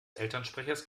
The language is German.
elternsprechers